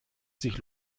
sich